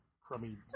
crummy